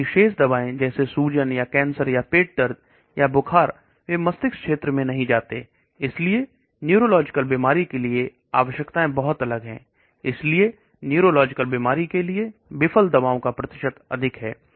जबकि शेष दवाई जैसे सूजन कैंसर पेट दर्द या बुखार की दवाई मस्तिष्क के क्षेत्र में प्रवेश नहीं करती हैं इसलिए न्यूरोलॉजिकल बीमारी के लिए आवश्यकताएं बहुत अलग है इसलिए न्यूरोलॉजी के लिए दबाव का प्रतिशत अधिक है